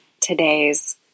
today's